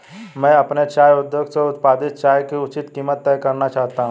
मैं अपने चाय उद्योग से उत्पादित चाय की उचित कीमत तय करना चाहता हूं